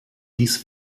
dies